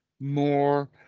more